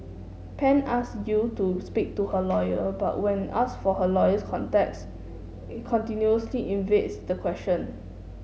Pan ask Yew to speak to her lawyer but when ask for her lawyer's contacts continuously evades the question